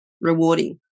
rewarding